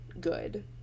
good